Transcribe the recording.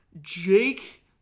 Jake